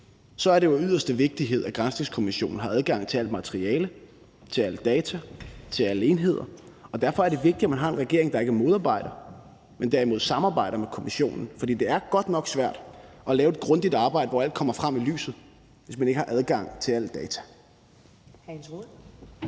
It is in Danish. så er det jo af den største vigtighed, at granskningskommissionen har adgang til alt materiale, alt data og alle enheder, og derfor er det vigtigt, at man har en regering, der ikke modarbejder, men derimod samarbejder med kommissionen. For det er godt nok svært at lave et grundigt arbejde, hvor alt kommer frem i lyset, hvis ikke man har adgang til alt data. Kl. 11:29